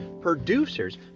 producers